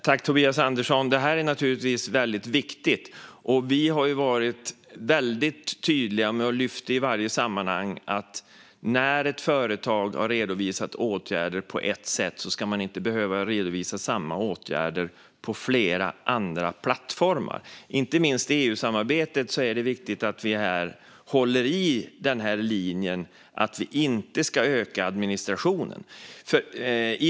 Herr talman! Detta är naturligtvis väldigt viktigt. Vi har varit väldigt tydliga och i varje sammanhang lyft att när ett företag har redovisat åtgärder på ett sätt ska det inte behöva redovisa samma åtgärder på flera andra plattformar. Inte minst i EU-samarbetet är det viktigt att vi håller i den linjen - att vi inte ska öka administrationen.